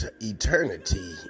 eternity